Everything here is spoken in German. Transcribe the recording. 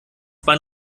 bahn